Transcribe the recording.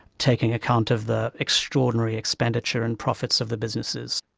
taking account of the extraordinary expenditure and profits of the businesses.